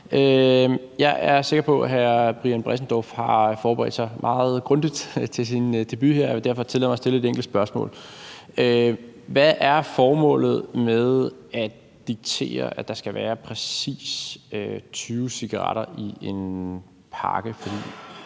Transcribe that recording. Jeg er sikker på, at hr. Brian Bressendorff har forberedt sig meget grundigt til sin debut, så derfor tillader jeg mig at stille et enkelt spørgsmål: Hvad er formålet med at diktere, at der skal være præcis 20 cigaretter i en pakke? For jeg